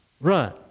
Run